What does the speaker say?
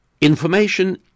Information